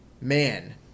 man